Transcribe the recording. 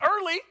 early